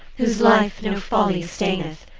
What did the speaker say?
whose life no folly staineth,